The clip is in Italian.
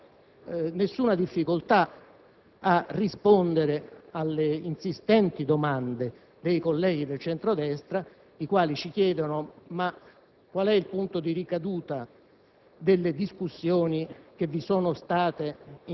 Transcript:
Parlamento. Ciò vale a rispondere ad un collega che apprezzo, ma al quale chiederei sommessamente un linguaggio che sia più adatto al nostro confronto parlamentare. In secondo luogo, non ho nessuna difficoltà